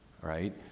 right